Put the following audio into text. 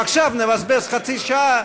עכשיו נבזבז חצי שעה,